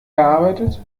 gearbeitet